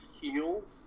heels